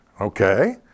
Okay